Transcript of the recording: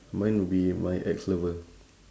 mine would be my ex lover